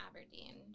Aberdeen